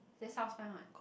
that South Spine what